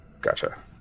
Gotcha